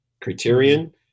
Criterion